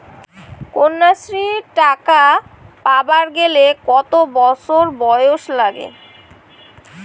কন্যাশ্রী টাকা পাবার গেলে কতো বছর বয়স লাগে?